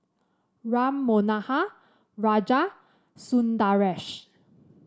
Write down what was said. Ram Manohar Raja Sundaresh